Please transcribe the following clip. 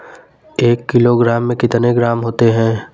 एक किलोग्राम में कितने ग्राम होते हैं?